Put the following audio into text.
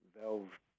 valve